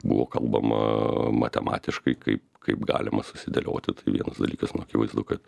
buvo kalbama matematiškai kaip kaip galima susidėlioti tai vienas dalykas akivaizdu kad